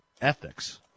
ethics